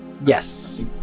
Yes